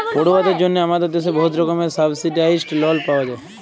পড়ুয়াদের জ্যনহে আমাদের দ্যাশে বহুত রকমের সাবসিডাইস্ড লল পাউয়া যায়